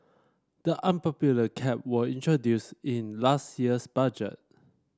the unpopular cap was introduced in last year's budget